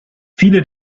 viele